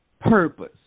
purpose